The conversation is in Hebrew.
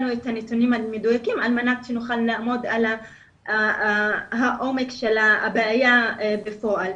את הנתונים המדויקים כדי שנוכל לעמוד על עומק הבעיה בפועל.